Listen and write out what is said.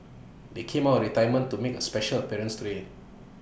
they came out of retirement to make A special appearance today